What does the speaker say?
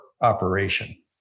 operation